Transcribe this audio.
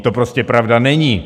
To prostě pravda není.